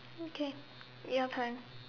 okay your turn